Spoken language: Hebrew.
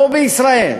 לא בישראל,